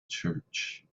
church